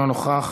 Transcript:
אינו נוכח,